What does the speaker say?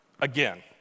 again